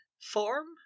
form